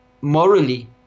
morally